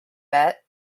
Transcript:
bet